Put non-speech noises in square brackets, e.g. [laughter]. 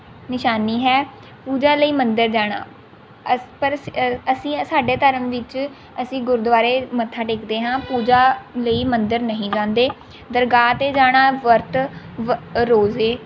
ਨਿਸ਼ਾਨੀ ਹੈ ਪੂਜਾ ਲਈ ਮੰਦਰ ਜਾਣਾ ਅਸ ਪਰ ਅਸ ਅਸੀਂ ਸਾਡੇ ਧਰਮ ਵਿੱਚ ਅਸੀਂ ਗੁਰਦੁਆਰੇ ਮੱਥਾ ਟੇਕਦੇ ਹਾਂ ਪੂਜਾ ਲਈ ਮੰਦਰ ਨਹੀਂ ਜਾਂਦੇ ਦਰਗਾਹ 'ਤੇ ਜਾਣਾ ਵਰਤ [unintelligible] ਰੋਜ਼ੇ